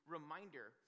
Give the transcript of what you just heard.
Reminder